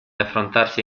affrontarsi